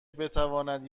بتواند